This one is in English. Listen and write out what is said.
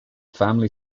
family